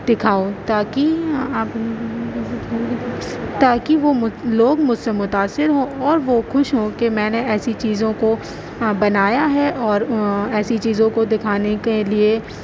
دکھاؤں تاکہ آپ تاکہ وہ لوگ مجھ سے متاثر ہوں اور وہ خوش ہوں کہ میں نے ایسی چیزوں کو بنایا ہے اور ایسی چیزوں کو دکھانے کے لیے